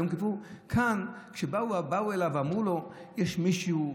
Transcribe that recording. כאן כשבאו אליו ואמרו לו: יש מישהו,